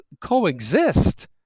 coexist